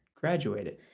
graduated